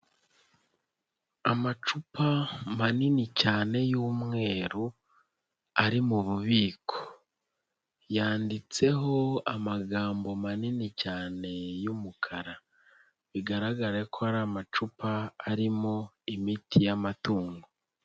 Amacupa manini cyane y'umweru ari mu bubiko. Yanditseho amagambo manini cyane y'umukara. Bigaragare ko ari amacupa arimo imiti y'amatungo.